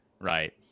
right